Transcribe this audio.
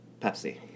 Pepsi